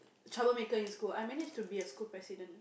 troublemaker in school I manage to be a school president